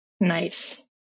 Nice